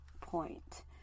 point